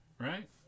right